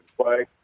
play